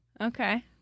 Okay